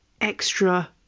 extra